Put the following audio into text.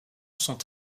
sont